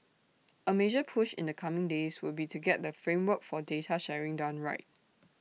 A major push in the coming days would be to get the framework for data sharing done right